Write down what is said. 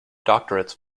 doctorates